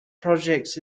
projects